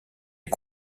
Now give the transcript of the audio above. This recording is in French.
est